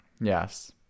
Yes